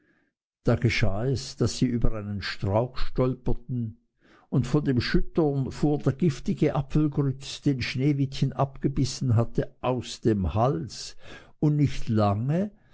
da geschah es daß sie über einen strauch stolperten und von dem schüttern fuhr der giftige apfelgrütz den sneewittchen abgebissen hatte aus dem hals und nicht lange